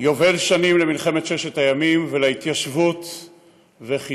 יובל שנים למלחמת ששת הימים ולהתיישבות וחידוש,